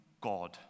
God